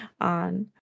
on